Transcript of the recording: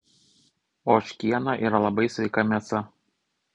ožkiena yra labai sveika mėsa